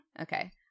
Okay